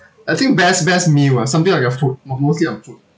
I think best best meal ah something like a food mo~ mostly on food